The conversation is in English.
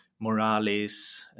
Morales